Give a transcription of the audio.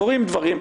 קורים דברים.